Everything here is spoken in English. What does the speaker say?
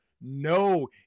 no